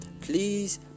please